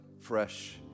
fresh